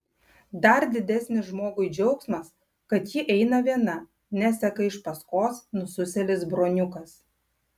dar didesnis žmogui džiaugsmas kad ji eina viena neseka iš paskos nususėlis broniukas